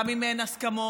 גם אם אין הסכמות,